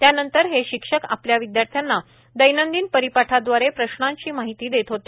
त्यानंतर हे शिक्षक आपल्या विद्यार्थ्याना दैनंदिन परिपाठादवारे प्रश्नांची माहिती देत होते